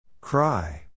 Cry